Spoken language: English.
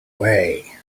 way